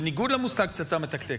בניגוד למושג "פצצה מתקתקת",